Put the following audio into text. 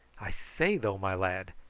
i say though, my lad,